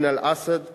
עין-אל-אסד וכפר-כמא.